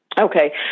Okay